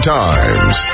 times